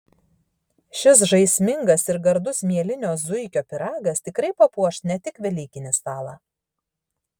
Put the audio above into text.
šis žaismingas ir gardus mielinio zuikio pyragas tikrai papuoš ne tik velykinį stalą